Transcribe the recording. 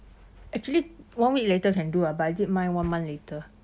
actually one week later can do ah but I did mine one month later